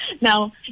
Now